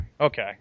Okay